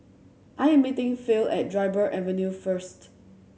I am meeting Phil at Dryburgh Avenue first